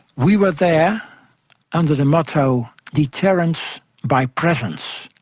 we were there under the motto, deterrence by presence.